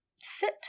sit